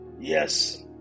yes